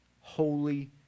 Holy